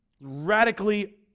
Radically